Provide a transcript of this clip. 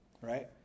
right